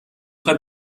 خوای